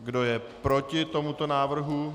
Kdo je proti tomuto návrhu?